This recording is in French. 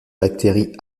bactéries